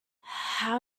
how